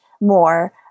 more